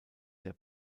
der